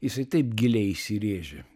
jisai taip giliai įsirėžė